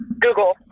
Google